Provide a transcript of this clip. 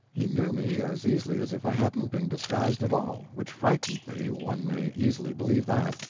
he knew me as easily as if i hadn't been disguised at all. which frightened me one may easily believe that.